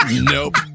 nope